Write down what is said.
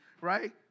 right